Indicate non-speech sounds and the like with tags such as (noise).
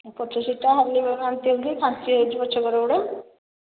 ପଛ ସିଟଟା ହଲିବନି (unintelligible) ପଛ ଗୁଡ଼ା